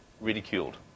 ridiculed